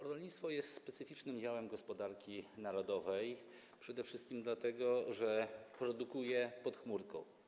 Rolnictwo jest specyficznym działem gospodarki narodowej przede wszystkim dlatego, że produkuje pod chmurką.